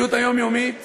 המציאות היומיומית